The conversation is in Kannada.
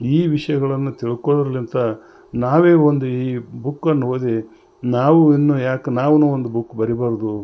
ಈ ವಿಷಯಗಳನ್ನು ತಿಳ್ಕೋದ್ರಲಿಂತ ನಾವೇ ಒಂದು ಈ ಬುಕ್ಕನ್ನು ಓದಿ ನಾವು ಇನ್ನು ಯಾಕೆ ನಾವು ಒಂದು ಬುಕ್ ಬರಿಬಾರದು